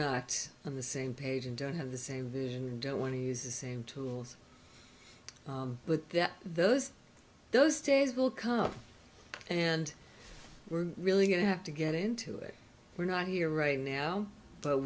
not on the same page and don't have the same vision and don't want to use the same tools but that those those days will come and we're really going to have to get into it we're not here right now but